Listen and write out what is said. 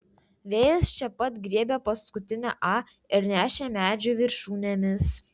vėjas čia pat griebė paskutinę a ir nešė medžių viršūnėmis